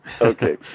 Okay